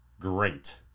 great